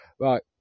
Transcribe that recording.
Right